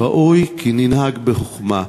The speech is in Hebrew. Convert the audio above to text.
ראוי כי ננהג בחוכמה,